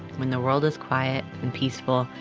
when the world is quiet and peaceful,